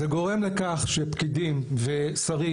זה גורם לכך שפקידים ושרים,